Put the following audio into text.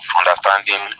understanding